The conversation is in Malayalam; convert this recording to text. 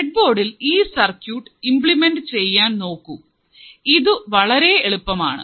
ബ്രെഡ് ബോർഡിൽ ഈ സർക്യൂട്ട് ഉണ്ടാക്കാൻ നോക്കൂ ഇതു വളരെ എളുപ്പമാണ്